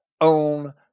own